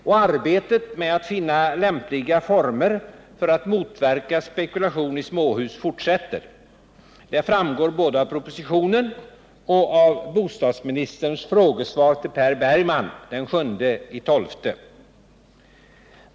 Och arbetet med att finna lämpliga former för att motverka spekulation i småhus fortsätter. Det framgår både i propositionen och av bostadsministerns frågesvar till Per Bergman den 7 december.